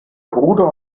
ruder